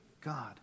God